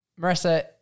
marissa